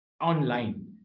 online